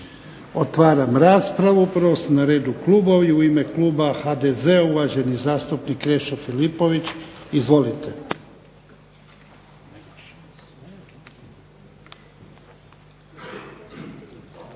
Otvaram raspravu. Prvo su na redu klubovi. U ime kluba HDZ-a uvaženi zastupnik Krešo Filipović. Izvolite.